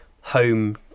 home